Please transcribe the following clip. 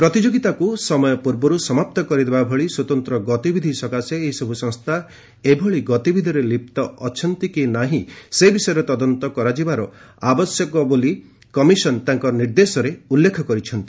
ପ୍ରତିଯୋଗୀତାକୁ ସମୟ ପୂର୍ବର୍ ସମାପ୍ତ କରିଦେବା ଭଳି ସ୍ୱତନ୍ତ୍ର ଗତିବିଧିରେ ଏହିସବୃ ସଂସ୍ଥା ଲିପ୍ତ ଅଛନ୍ତି କି ନାହିଁ ସେ ବିଷୟରେ ତଦନ୍ତ କରାଯିବାର ଆବଶ୍ୟକ ବୋଲି କମିଶନ ତାଙ୍କ ନିର୍ଦ୍ଦେଶରେ ଉଲ୍ଲେଖ କରିଛନ୍ତି